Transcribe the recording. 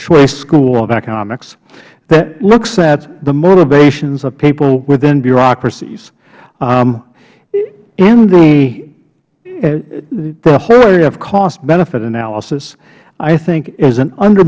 choice school of economics that looks at the motivations of people within bureaucracies in the whole area of costbenefit analysis i think is an under